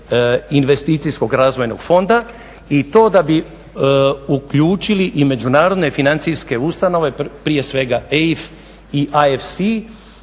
investicijskog razvojnog fonda i to da bi uključili i međunarodne financijske ustanove prije svega EIF i AFS